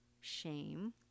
shame